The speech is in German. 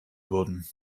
wurden